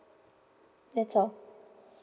that's all